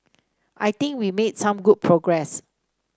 I think we made some good progress